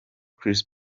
chris